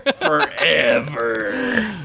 Forever